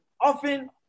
often